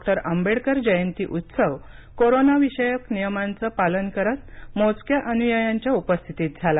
बाबासाहेब आंबेडकर जयंती उत्सव कोरोना विषयक नियमांचं पालन करत मोजक्या अनुयायांच्या उपस्थितीत झाला